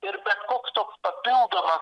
ir bet koks toks papildomas